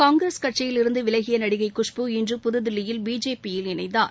காங்கிரஸ் கட்சியிலிருந்து விலகிய நடிகை குஷ்பு இன்று புதுதில்லியில் பிஜேபி யில் இணைந்தார்